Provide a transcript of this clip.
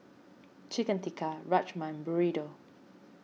Chicken Tikka Rajma Burrito